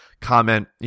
comment